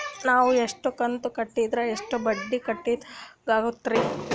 ನಾವು ಇಷ್ಟು ಕಂತು ಕಟ್ಟೀದ್ರ ಎಷ್ಟು ಬಡ್ಡೀ ಕಟ್ಟಿದಂಗಾಗ್ತದ್ರೀ?